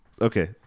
Okay